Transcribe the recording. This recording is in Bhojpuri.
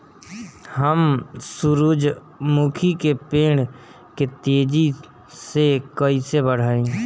हम सुरुजमुखी के पेड़ के तेजी से कईसे बढ़ाई?